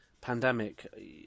pandemic